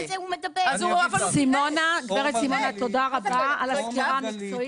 גב' סימונה, תודה רבה על העבודה המקצועית.